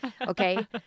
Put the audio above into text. Okay